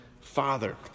Father